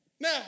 Now